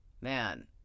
Man